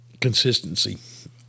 Consistency